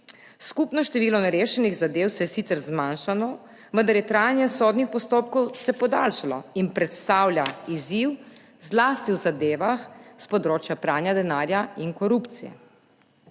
skupno število nerešenih zadev se je sicer zmanjšalo, vendar se je trajanje sodnih postopkov podaljšalo in predstavlja izziv zlasti v zadevah s področja pranja denarja in korupcije.